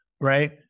right